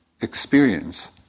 experience